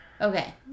okay